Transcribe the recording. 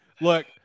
Look